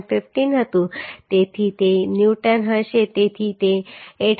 15 હતું તેથી તે ન્યૂટન હશે તેથી તે 800